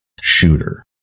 shooter